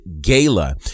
Gala